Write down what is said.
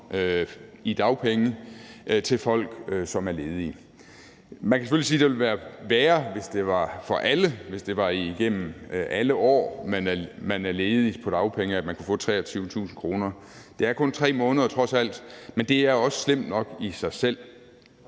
i dagpenge til folk, som er ledige. Man kan selvfølgelig sige, det ville være værre, hvis det var for alle; hvis det var igennem alle år, man er ledig på dagpenge, at man kunne få 23.000 kr. Det er kun 3 måneder trods alt, men det er også slemt nok i sig selv.